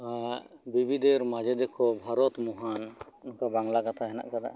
ᱵᱤᱵᱤᱫᱷᱮᱨ ᱢᱟᱡᱷᱮ ᱫᱮᱠᱷᱚ ᱵᱷᱟᱨᱚᱛ ᱢᱚᱦᱟᱱ ᱱᱚᱝᱠᱟ ᱵᱟᱝᱞᱟ ᱠᱟᱛᱷᱟ ᱦᱮᱱᱟᱜ ᱠᱟᱫᱟ